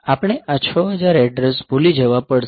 આપણે આ 6000 એડ્રેસ ભૂલી જવા પડશે